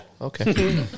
Okay